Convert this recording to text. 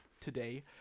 today